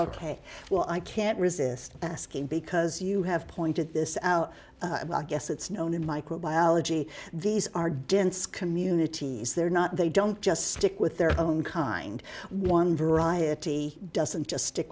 k well i can't resist asking because you have pointed this out yes it's known in microbiology these are dense communities they're not they don't just stick with their own kind one variety doesn't just stick